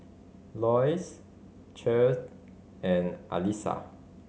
Lois Chet and Alisha